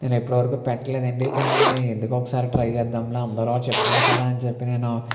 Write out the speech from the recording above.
నేను ఇప్పటి వరకు పెట్టలేదు అండి కానీ ఎందుకో ఒకసారి ట్రై చేద్దాంరా అందరు చెప్తున్నారు కదా అని చెప్పి నేను